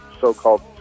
so-called